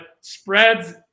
spreads